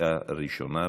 בקריאה ראשונה.